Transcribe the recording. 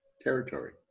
territory